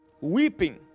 weeping